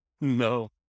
No